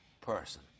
person